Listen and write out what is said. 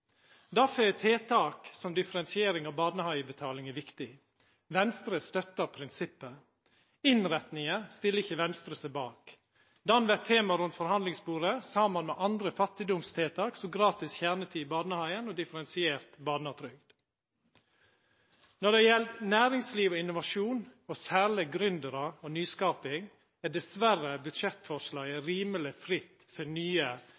er eit tiltak som differensiering av barnehagebetalinga viktig. Venstre støttar prinsippet. Innrettinga stiller ikkje Venstre seg bak. Ho vert tema rundt forhandlingsbordet saman med andre fattigdomstiltak, som gratis kjernetid i barnehagen og differensiert barnetrygd. Når det gjeld næringsliv og innovasjon og særleg gründerar og nyskaping, er dessverre budsjettforslaget rimeleg fritt for nye,